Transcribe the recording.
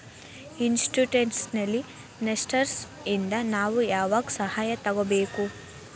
Institutional investors ಇಂದಾ ನಾವು ಯಾವಾಗ್ ಸಹಾಯಾ ತಗೊಬೇಕು?